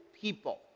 people